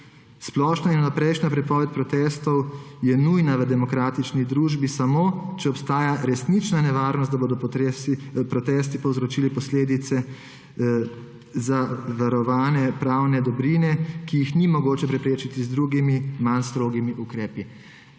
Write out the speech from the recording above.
Splošna in vnaprejšnja prepoved protestov je nujna v demokratični družbi samo, če obstaja resnična nevarnost, da bodo protesti povzročili posledice za varovane pravne dobrine, ki jih ni mogoče preprečiti z drugimi, manj strogimi ukrepi.